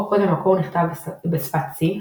רוב קוד המקור נכתב בשפת C,